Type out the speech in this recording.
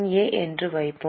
எ என வைப்போம்